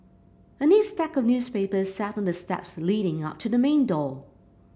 a neat stack of newspapers sat on the steps leading up to the main door